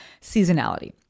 seasonality